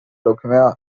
leukemia